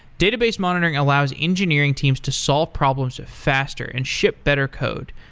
database monitoring allows engineering teams to solve problems faster and ship better code.